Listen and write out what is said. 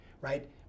right